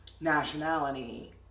nationality